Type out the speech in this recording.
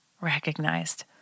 recognized